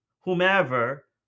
whomever